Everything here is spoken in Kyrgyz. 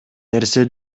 нерсе